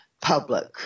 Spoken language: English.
public